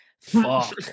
Fuck